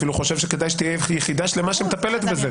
אפילו חושב שכדאי שתהיה יחידה שלמה שמטפלת בזה.